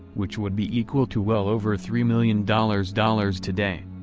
which would be equal to well over three million dollars dollars today.